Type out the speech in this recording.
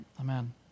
Amen